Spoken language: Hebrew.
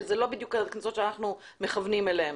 שזה לא בדיוק הקנסות שאנחנו מכוונים אליהם.